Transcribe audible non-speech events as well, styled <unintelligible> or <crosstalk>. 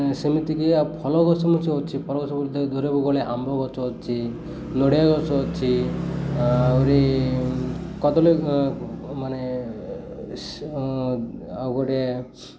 ସେମିତିକି ଆଉ ଫଳ ଗଛ <unintelligible> ଅଛି ଫଳ ଗଛ ବୋଲି <unintelligible> ଆମ୍ବ ଗଛ ଅଛି ନଡ଼ିଆ ଗଛ ଅଛି ଆହୁରି କଦଳୀ ମାନେ ଆଉ ଗୋଟଏ